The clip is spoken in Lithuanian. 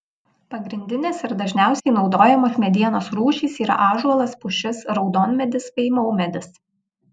pagrindinės ir dažniausiai naudojamos medienos rūšys yra ąžuolas pušis raudonmedis bei maumedis